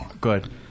good